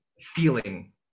feeling